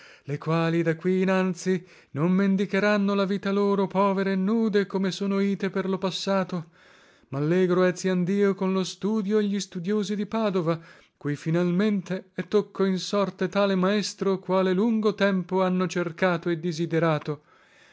le quali da qui inanzi non mendicheranno la vita loro povere e nude come sono ite per lo passato mallegro eziandio con lo studio e gli studiosi di padova cui finalmente è tocco in sorte tale maestro quale lungo tempo hanno cercato e disiderato